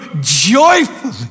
joyfully